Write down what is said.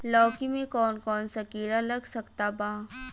लौकी मे कौन कौन सा कीड़ा लग सकता बा?